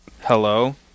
Hello